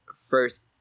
first